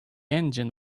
engine